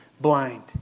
blind